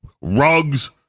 rugs